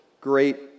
great